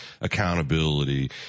accountability